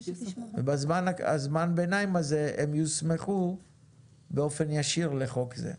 ובזמן הביניים הזה הן יוסמכו באופן ישיר לחוק זה.